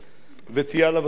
וחשוב שתהיה עליו הצבעה,